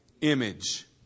Image